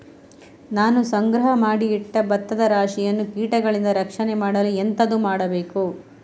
ನಾನು ಸಂಗ್ರಹ ಮಾಡಿ ಇಟ್ಟ ಭತ್ತದ ರಾಶಿಯನ್ನು ಕೀಟಗಳಿಂದ ರಕ್ಷಣೆ ಮಾಡಲು ಎಂತದು ಮಾಡಬೇಕು?